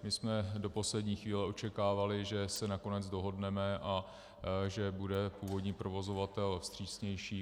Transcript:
My jsme do poslední chvíle očekávali, že se nakonec dohodneme a že bude původní provozovatel vstřícnější.